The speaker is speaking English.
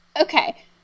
okay